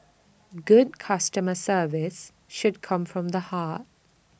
good customer service should come from the heart